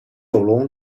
九龙